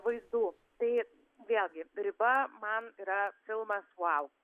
vaizdų tai vėlgi riba man yra filmas vau